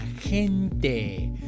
gente